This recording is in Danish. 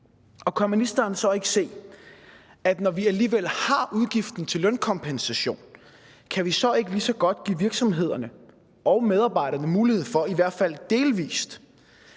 Kan ministeren så ikke se, at når vi alligevel har udgiften til lønkompensation, kan vi lige så godt give virksomhederne og medarbejderne mulighed for i hvert fald delvis